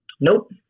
Nope